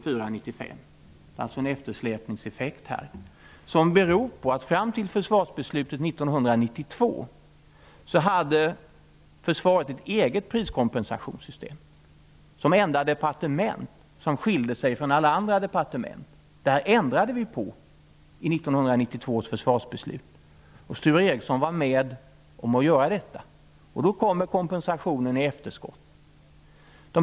Det är alltså fråga om en eftersläpningseffekt, som beror på att Försvarsdepartementet som enda departement hade ett eget priskompensationssystem fram till försvarsbeslutet 1992. Försvarsdepartementet skilde sig alltså från alla andra departement, men det ändrade vi genom 1992 års försvarsbeslut. Därför kommer kompensationen i efterskott. Sture Ericson var med om att göra detta.